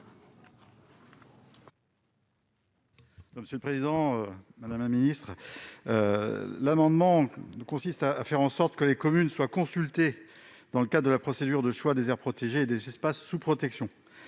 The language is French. : La parole est à M. Patrick Chaize. Cet amendement vise à faire en sorte que les communes soient consultées dans le cadre de la procédure de choix des aires protégées et des espaces sous protection.